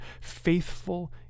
faithful